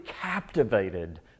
captivated